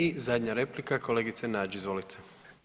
I zadnja replika, kolegice Nađ izvolite.